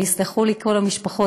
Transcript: ויסלחו לי כל המשפחות,